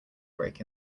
break